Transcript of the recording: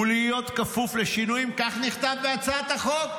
ולהיות כפוף לשינויים, כך נכתב בהצעת החוק.